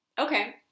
Okay